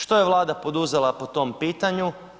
Što je Vlada poduzela po tom pitanju?